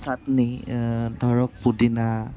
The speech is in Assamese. চাটনি ধৰক পুদিনা